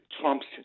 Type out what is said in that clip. Trump's